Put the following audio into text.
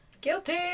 Guilty